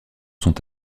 sont